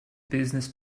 business